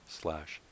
slash